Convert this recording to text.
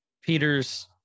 Peter's